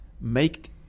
make